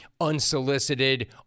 unsolicited